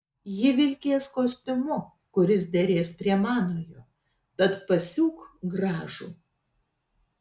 ji vilkės kostiumu kuris derės prie manojo tad pasiūk gražų